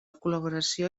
col·laboració